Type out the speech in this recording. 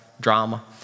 Drama